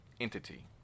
entity